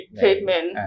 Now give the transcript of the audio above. treatment